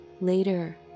Later